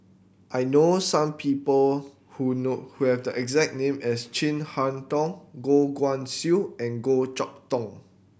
I know some people who know who have the exact name as Chin Harn Tong Goh Guan Siew and Goh Chok Tong